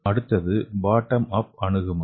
அடுத்தது bottom up அணுகுமுறை